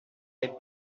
est